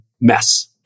mess